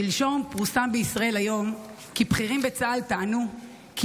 שלשום פורסם בישראל היום כי בכירים בצה"ל טענו כי